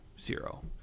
zero